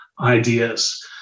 ideas